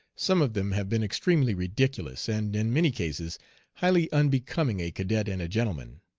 some of them have been extremely ridiculous, and in many cases highly unbecoming a cadet and a gentleman.